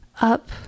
Up